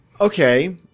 Okay